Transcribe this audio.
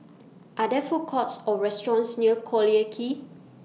Are There Food Courts Or restaurants near Collyer Quay